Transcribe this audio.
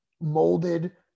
molded